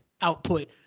output